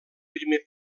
primer